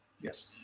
Yes